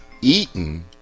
eaten